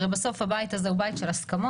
הרי בסוף הבית הזה הוא בית של הסכמות.